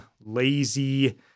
lazy